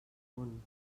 punt